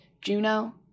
Juno